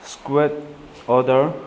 squat order